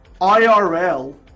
IRL